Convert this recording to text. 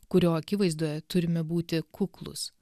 kurio akivaizdoje turime būti kuklūs